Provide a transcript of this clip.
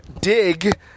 Dig